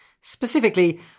specifically